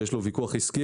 יש לו ויכוח עסקי,